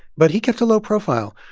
but he kept a low profile.